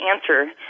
answer